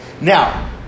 Now